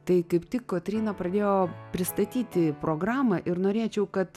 tai kaip tik kotryna pradėjo pristatyti programą ir norėčiau kad